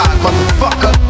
Motherfucker